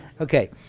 Okay